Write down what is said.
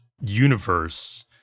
universe